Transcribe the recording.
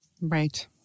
Right